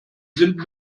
sind